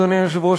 אדוני היושב-ראש,